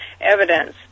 evidence